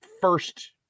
first